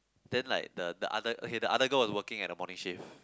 then like the the other okay the other girl was working at the morning shift